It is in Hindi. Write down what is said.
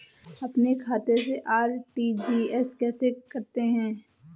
अपने खाते से आर.टी.जी.एस कैसे करते हैं?